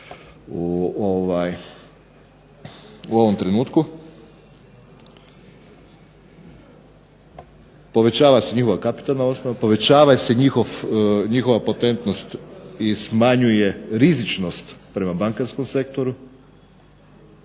u ovom trenutku. Povećava se njihova kapitalna osnova, povećava se njihova potentnost i smanjuje rizičnost prema bankarskom sektoru,